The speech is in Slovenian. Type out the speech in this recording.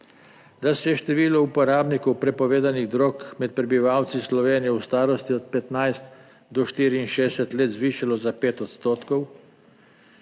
Da se je število uporabnikov prepovedanih drog med prebivalci Slovenije v starosti od 15 do 64 let zvišalo za 5 odstotkov.